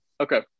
Okay